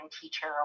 teacher